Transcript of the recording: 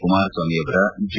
ಕುಮಾರಸ್ವಾಮಿ ಅವರ ಜೆ